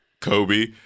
Kobe